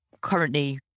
currently